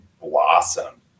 blossom